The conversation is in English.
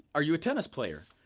are you a tennis player?